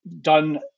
done